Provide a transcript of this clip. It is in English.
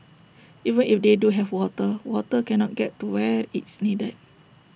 even if they do have water water cannot get to where it's needed